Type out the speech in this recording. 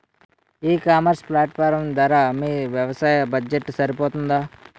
ఈ ecommerce platform ధర మీ వ్యవసాయ బడ్జెట్ సరిపోతుందా?